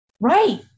Right